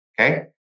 okay